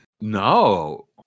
No